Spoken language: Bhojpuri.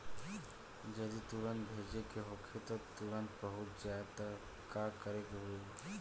जदि तुरन्त भेजे के होखे जैसे तुरंत पहुँच जाए त का करे के होई?